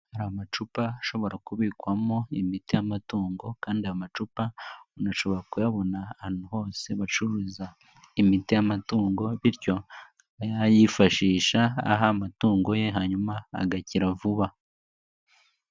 Hari amacupa ashobora kubikwamo imiti y'amatungo kandi amacupa ushobora kuyabona ahantu hose bacuruza imiti y'amatungo bityo yayifashisha aha amatungo ye, hanyuma agakira vuba.